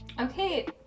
Okay